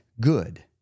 good